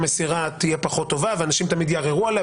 רק שיהיה ברור,